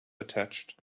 attached